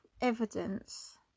evidence